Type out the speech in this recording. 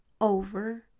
over